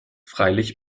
freilich